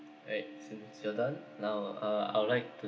alright since you're done now uh I would like